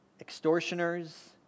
Extortioners